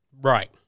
Right